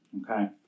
Okay